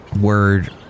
Word